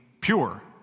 pure